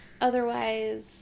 Otherwise